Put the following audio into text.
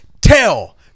tell